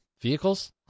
vehicles